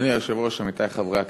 אדוני היושב-ראש, עמיתי חברי הכנסת,